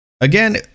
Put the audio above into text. Again